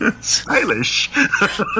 Stylish